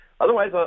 Otherwise